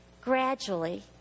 Gradually